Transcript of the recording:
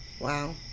Wow